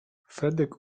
fredek